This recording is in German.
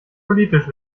politisch